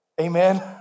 Amen